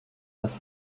das